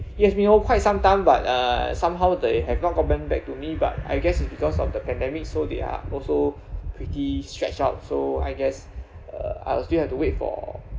it has been over quite some time but uh somehow they have not comment back to me but I guess it's because of the pandemic so they are also pretty stretched out so I guess uh I'll still have to wait for